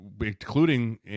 including